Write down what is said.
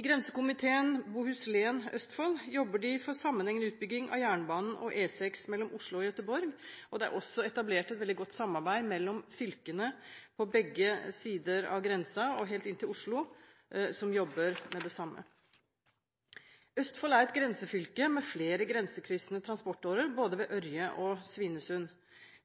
I Grensekomiteen Bohuslän–Østfold jobber de for sammenhengende utbygging av jernbanen og E6 mellom Oslo og Gøteborg, og det er også etablert et veldig godt samarbeid mellom fylkene på begge sider av grensen og helt inn til Oslo, som jobber med det samme. Østfold er et grensefylke med flere grensekryssende transportårer både ved Ørje og Svinesund.